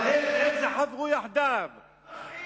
למה אתה משמיץ?